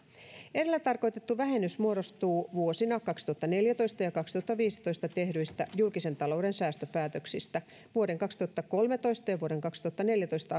edellä tarkoitettu vähennys muodostuu vuosina kaksituhattaneljätoista ja kaksituhattaviisitoista tehdyistä julkisen talouden säästöpäätöksistä vuoden kaksituhattakolmetoista ja vuoden kaksituhattaneljätoista